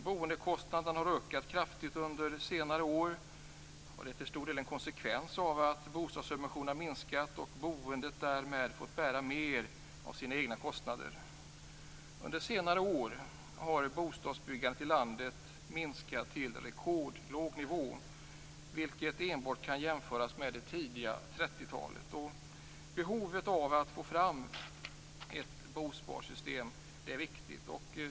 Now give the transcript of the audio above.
Boendekostnaderna har ökat kraftigt under senare år. Det är till stor del en konsekvens av att bostadssubventionerna har minskat och boendet därmed fått bära mer av sina egna kostnader. Under senare år har bostadsbyggandet i landet minskat till en rekordlåg nivå, vilket enbart kan jämföras med det tidiga 30-talet. Behovet av att få fram ett bosparsystem är viktigt.